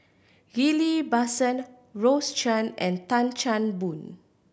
Ghillie Basan Rose Chan and Tan Chan Boon